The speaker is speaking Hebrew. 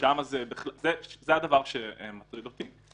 זה הדבר שמטריד אותי.